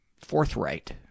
forthright